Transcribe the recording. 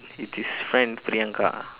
with his friend priyanka